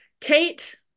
Kate